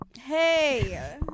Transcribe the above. Hey